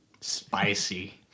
spicy